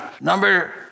Number